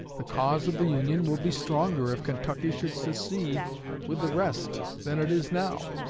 the cause of the union will be stronger if kentucky should secede with the rest than it is now.